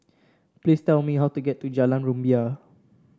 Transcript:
please tell me how to get to Jalan Rumbia